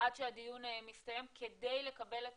עד שהדיון מסתיים כדי לקבל את